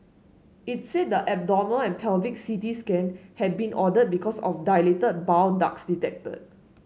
it said the abdominal and pelvic C T scan had been ordered because of dilated bile ducts detected